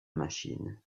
machine